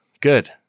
Good